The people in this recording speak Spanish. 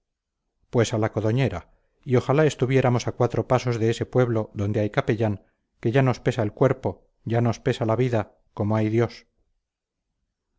pues a la codoñera y ojalá estuviéramos a cuatro pasos de ese pueblo donde hay capellán que ya nos pesa el cuerpo ya nos pesa la vida como hay dios